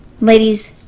ladies